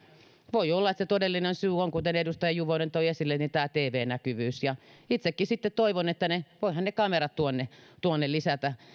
voi olla että se todellinen syy on kuten edustaja juvonen toi esille tv näkyvyys itsekin sitten toivon että voihan ne kamerat tuonne tuonne lisätä